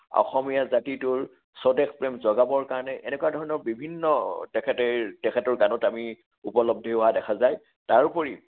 অসমীয়া জাতিটোৰ স্বদেশপ্ৰেম জগাবৰ কাৰণে এনেকুৱা ধৰণৰ বিভিন্ন তেখেতে তেখেতৰ গানত আমি উপলব্ধি হোৱা দেখা যায় তাৰোপৰি